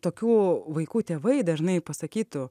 tokių vaikų tėvai dažnai pasakytų